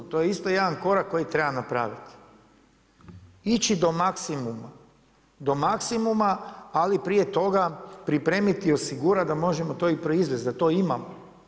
To je isto jedan korak koji treba napraviti, ići do maksimuma, do maksimuma ali prije toga pripremiti i osigurati da možemo to i proizvesti, da to imamo.